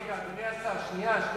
אדוני השר, רגע.